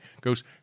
goes